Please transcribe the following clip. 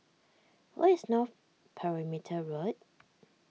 where is North Perimeter Road